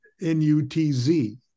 N-U-T-Z